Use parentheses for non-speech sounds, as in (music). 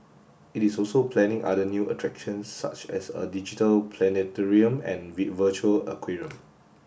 it is also planning other new attractions such as a digital planetarium and (unintelligible) virtual aquarium